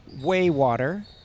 Waywater